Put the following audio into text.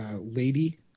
lady